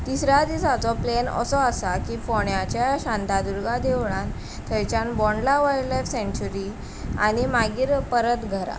तिसऱ्या दिसाचो प्लॅन असो आसा की फोंड्याच्या शांतादुर्गा देवळान थंयच्यान बोंडला वायल्ड लायफ सेंच्युरी आनी मागीर परत घरा